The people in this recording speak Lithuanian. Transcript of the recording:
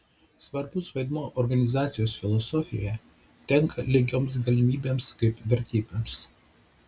svarbus vaidmuo organizacijos filosofijoje tenka lygioms galimybėms kaip vertybėms